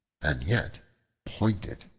and yet pointed,